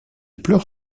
pleure